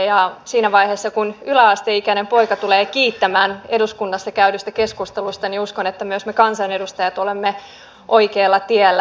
ja siinä vaiheessa kun yläasteikäinen poika tulee kiittämään eduskunnassa käydystä keskustelusta niin uskon että myös me kansanedustajat olemme oikealla tiellä